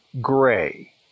Gray